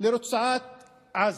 לרצועת עזה.